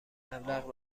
مبلغ